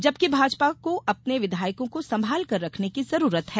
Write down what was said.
जबकि भाजपा को अपने विधायकों को संभाल कर रखने की जरूरत है